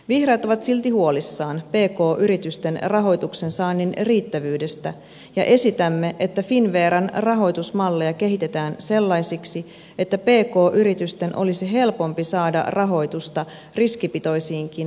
vihreät ovat silti huolissaan pk yritysten rahoituksen saannin riittävyydestä ja esitämme että finnveran rahoitusmalleja kehitetään sellaisiksi että pk yritysten olisi helpompi saada rahoitusta riskipitoisiinkin hankkeisiin